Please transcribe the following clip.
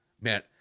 Man